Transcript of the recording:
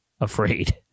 afraid